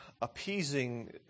appeasing